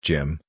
Jim